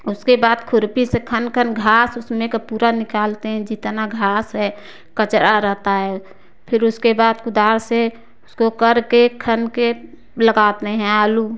उसके बाद खुर्पी से खन खन घास उसमें का पूरा निकालते हैं जितना घास है कचरा रहता है फ़िर उसके बाद कुदाल से उसको करके खनके लगाते हैं आलू